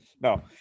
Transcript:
No